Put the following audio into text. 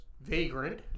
Vagrant